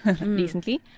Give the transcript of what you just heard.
recently